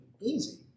easy